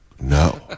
no